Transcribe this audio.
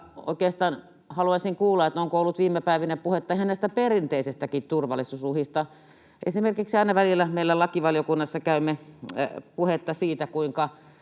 oikeastaan haluaisin kuulla, onko ollut viime päivinä puhetta ihan näistä perinteisistäkin turvallisuusuhista. Esimerkiksi aina välillä meillä lakivaliokunnassa on puhetta siitä,